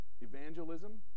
evangelism